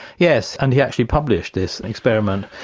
yes, and he actually published this experiment,